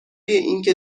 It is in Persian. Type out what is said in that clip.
اینکه